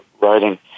writing